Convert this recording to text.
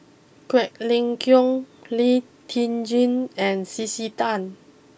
Quek Ling Kiong Lee Tjin and C C Tan